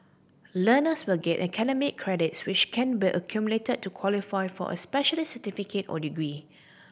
learners will get academic credits which can be accumulated to qualify for a specialist certificate or degree